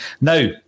Now